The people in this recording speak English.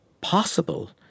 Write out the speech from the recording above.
possible